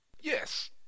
Yes